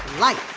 light